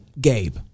Gabe